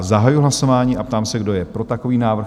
Zahajuji hlasování a ptám se, kdo je pro takový návrh?